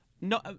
no